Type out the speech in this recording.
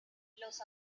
los